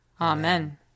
Amen